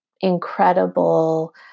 incredible